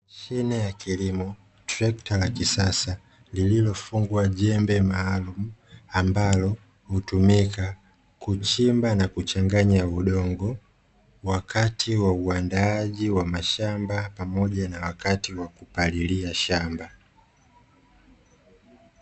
Mashine ya kilimo, trekta maalumu ambalo hutumika katika kuchimba na kuchanganya udongo, wakati wa uandaji wa shamba na wakati wa kupalilia shamba.